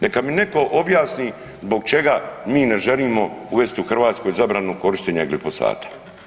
Neka mi neko objasni zbog čega mi ne želimo uvesti u Hrvatskoj zabranu korištenja glifosata?